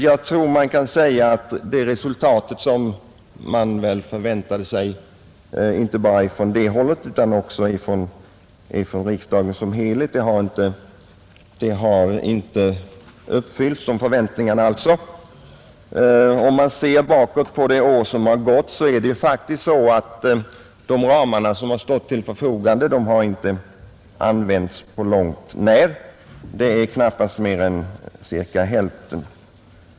Jag tror man kan säga att de förväntningarna — som inte bara regeringspartiet utan också riksdagen som helhet hade — inte har infriats. Om man ser tillbaka på det år som har gått finner man att det faktiskt är så att de belopp som stått till förfogande inom dessa ramar inte på långt när använts; det är knappast mer än cirka hälften härav som kunnat utnyttjas.